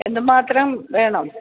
എന്ത് മാത്രം വേണം